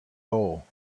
hole